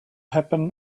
happen